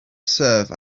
serve